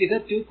ഈ ഫിഗർ 2